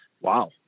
Wow